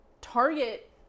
target